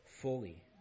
fully